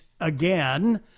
again